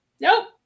nope